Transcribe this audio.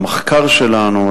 למחקר שלנו,